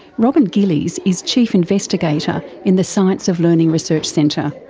robyn gillies is chief investigator in the science of learning research centre.